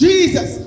Jesus